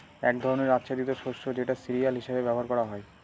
এক ধরনের আচ্ছাদিত শস্য যেটা সিরিয়াল হিসেবে ব্যবহার করা হয়